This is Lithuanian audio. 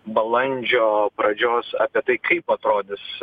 balandžio pradžios apie tai kaip atrodis